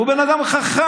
הוא בן אדם חכם.